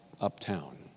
Uptown